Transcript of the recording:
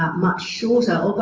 ah much shorter,